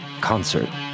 concert